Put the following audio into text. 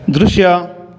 ದೃಶ್ಯ